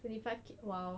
twenty five K !wow!